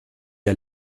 der